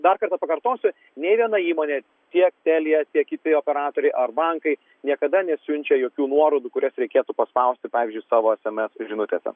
dar kartą pakartosiu nė viena įmonė tiek telia tiek kiti operatoriai ar bankai niekada nesiunčia jokių nuorodų kurias reikėtų paspausti pavyzdžiui savo sms žinutėse